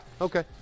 Okay